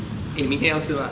eh 明天要吃吗